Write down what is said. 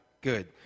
good